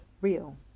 Real